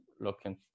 looking